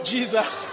Jesus